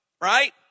Right